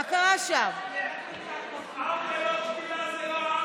אנחנו עוברים הלאה,